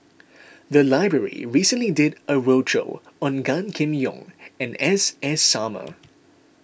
the library recently did a roadshow on Gan Kim Yong and S S Sarma